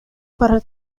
para